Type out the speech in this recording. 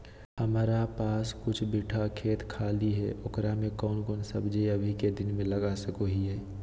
हमारा पास कुछ बिठा खेत खाली है ओकरा में कौन कौन सब्जी अभी के दिन में लगा सको हियय?